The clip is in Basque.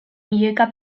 milioika